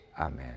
Amen